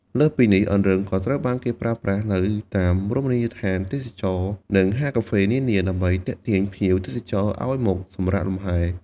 លើសពីនេះ អង្រឹងក៏ត្រូវបានគេប្រើប្រាស់នៅតាមរមណីយដ្ឋានទេសចរណ៍ និងហាងកាហ្វេនានា ដើម្បីទាក់ទាញភ្ញៀវទេសចរឱ្យមកសម្រាកលំហែ។